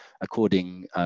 according